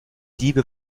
diebe